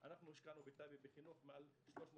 השקענו בטייבה בחינוך מעל 350